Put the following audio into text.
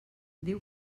diu